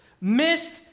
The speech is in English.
missed